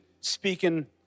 speaking